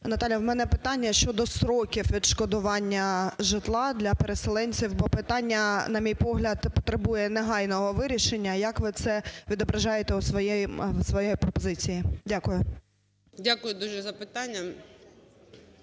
Наталя, у мене питання щодо строків відшкодування житла для переселенців, бо питання, на мій погляд, потребує негайного вирішення. Як ви це відображаєте у своїй пропозиції? Дякую. 13:00:50 КОРОЛЕВСЬКА